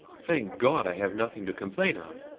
thank god, i have nothing to complain of,